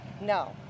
no